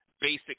basic